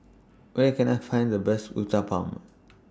Where Can I Find The Best Uthapam